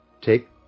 take